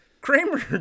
Kramer